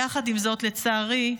יחד עם זאת, לצערי,